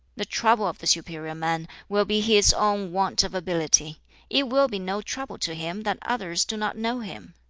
the trouble of the superior man will be his own want of ability it will be no trouble to him that others do not know him.